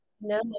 No